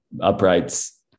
uprights